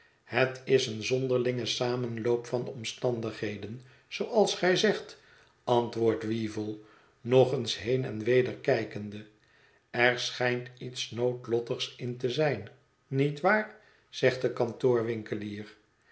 het is een zonderlinge samenloop van omstandigheden zooals gij zegt antwoordt weevle nog eens heen en weder kijkende er schijnt iets noodlottigs in te zijn niet waar zegt de